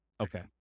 Okay